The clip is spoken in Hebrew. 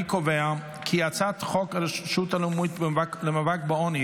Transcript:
אני קובע כי הצעת חוק הרשות הלאומית למאבק בעוני,